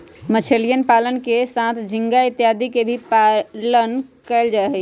मछलीयन पालन के साथ झींगा इत्यादि के भी पालन कइल जाहई